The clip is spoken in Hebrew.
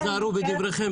היזהרו בדבריכם.